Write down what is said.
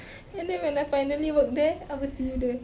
and then when I finally work there I will see you there